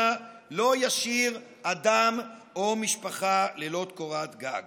לא ישאיר אדם או משפחה ללא קורת גג.